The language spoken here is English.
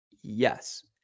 Yes